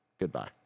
Goodbye